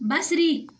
بصری